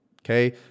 Okay